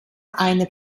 eine